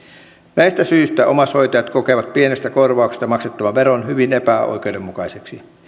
näistä syistä omaishoitajat kokevat pienestä korvauksesta maksettavan veron hyvin epäoikeudenmukaiseksi